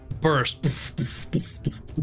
burst